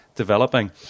developing